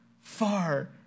far